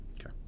Okay